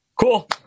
cool